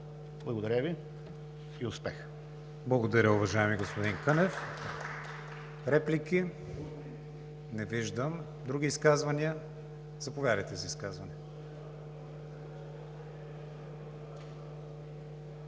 Благодаря Ви и успех!